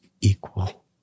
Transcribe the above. equal